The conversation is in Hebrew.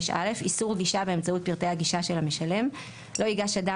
"איסור גישה באמצעות פרטי הגישה של המשלם 45א. לא ייגש אדם